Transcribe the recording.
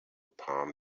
palm